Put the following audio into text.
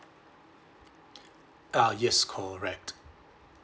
uh yes correct